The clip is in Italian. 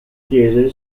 chiese